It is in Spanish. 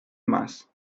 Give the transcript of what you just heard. más